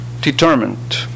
determined